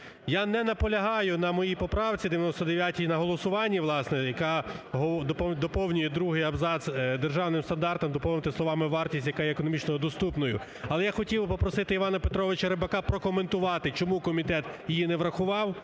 Я не наполягаю на моїй поправці 99 і на голосуванні, власне, яка доповнює другий абзац "державним стандартом" доповнити словами "вартість, яка є економічно доступною". Але я хотів би попросити Івана Петровича Рибака прокоментувати, чому комітет її не врахував.